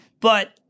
but-